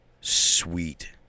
sweet